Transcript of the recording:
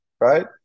right